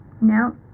No